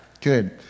Good